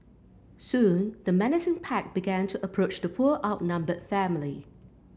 soon the menacing pack began to approach the poor outnumbered family